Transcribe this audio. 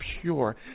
pure